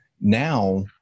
Now